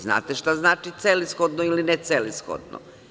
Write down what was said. Znate šta znači celishodno ili ne celishodno.